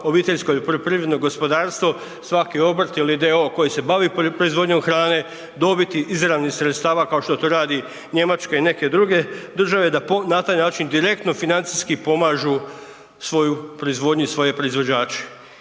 koliko će se svaki OPG, svaki obrt ili d.o.o. koji se bavi poljoprivrednom proizvodnjom hrane dobiti izravnih sredstava kao što to radi Njemačka i neke druge države, da na taj način direktno financijski pomažu svoju proizvodnji, svoje proizvođače?